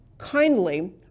Kindly